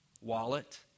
wallet